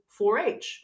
4H